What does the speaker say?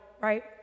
right